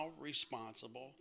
responsible